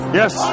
yes